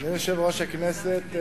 יושב-ראש הכנסת,